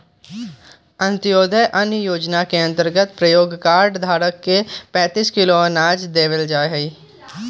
अंत्योदय अन्न योजना के अंतर्गत प्रत्येक कार्ड धारक के पैंतीस किलो अनाज देवल जाहई